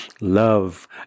love